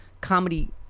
comedy